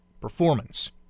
performance